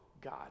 God